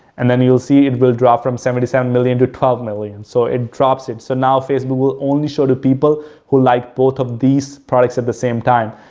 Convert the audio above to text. and then you'll see it will drop from seventy seven million to twelve million. so, it drops it, so now facebook will only show the people who like both of these products at the same time.